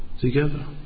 together